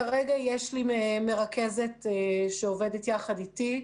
כרגע יש לי מרכזת שעובדת יחד אתי.